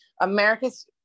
America's